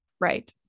Right